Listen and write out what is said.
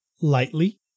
lightly